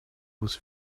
was